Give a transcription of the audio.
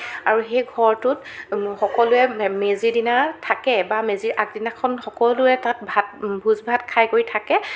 আৰু সেই ঘৰটোত সকলোৱে মে মেজি দিনা থাকে বা মেজিৰ আগদিনাখন সকলোৱে তাত ভাত ভোজ ভাত খাই কৰি থাকে